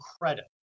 credit